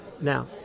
Now